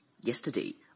yesterday